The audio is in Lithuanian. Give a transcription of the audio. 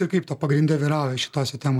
ir kripto pagrinde vyrauja šitose temose